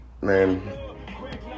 man